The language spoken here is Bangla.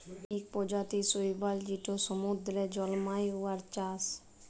ইক পরজাতির শৈবাল যেট সমুদ্দুরে জল্মায়, উয়ার চাষ